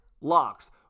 Locks